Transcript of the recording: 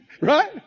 Right